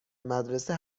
مدرسه